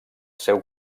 seu